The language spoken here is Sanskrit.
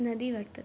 नदी वर्तते